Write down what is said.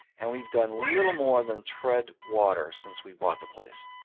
and we've done little more than tread water since we bought the place,